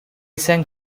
sang